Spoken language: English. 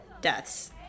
deaths